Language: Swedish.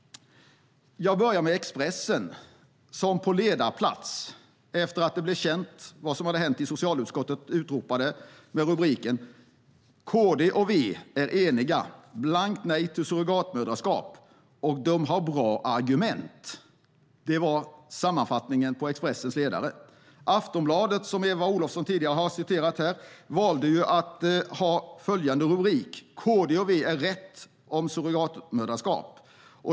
Jag börjar med Expressen som på ledarplats, efter att det blev känt vad som hade hänt i socialutskottet, utropade med rubriken: "KD och V är eniga: blankt nej till surrogatmödraskap. Och de har bra argument." Det var sammanfattningen av Expressens ledare. Aftonbladet, som Eva Olofsson tidigare har citerat, valde att ha följande rubrik: "KD och V har rätt om surrogatmödraskap".